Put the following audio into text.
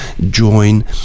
join